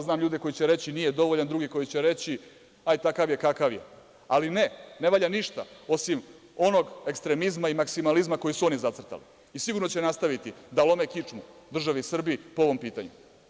Znam ljude koji će reći - nije dovoljan i druge koji će reći - takav je kakav je, ali ne, ne valja ništa, osim onog ekstremizma i maksimalizma koji su oni zacrtali i sigurno će nastaviti da lome kičmu državi Srbiji po ovom pitanju.